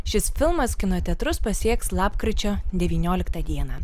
šis filmas kino teatrus pasieks lapkričio devynioliktą dieną